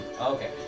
okay